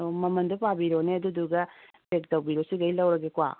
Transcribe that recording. ꯑꯣ ꯃꯃꯟꯗꯣ ꯄꯥꯕꯤꯔꯣꯅꯦ ꯑꯗꯨꯗꯨꯒ ꯄꯦꯛ ꯇꯧꯕꯤꯔꯣ ꯁꯤꯒꯩ ꯂꯧꯔꯒꯦꯀꯣ